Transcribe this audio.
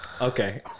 Okay